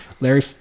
Larry